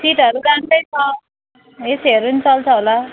सिटहरू राम्रै छ एसीहरू नि चल्छ होला